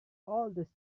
oldest